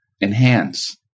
enhance